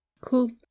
Cool